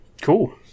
Cool